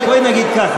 בואי נגיד כך,